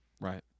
Right